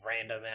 random